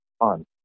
on